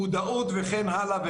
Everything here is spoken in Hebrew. מודעות וכן הלאה.